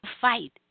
fight